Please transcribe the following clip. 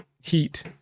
heat